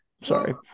Sorry